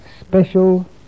special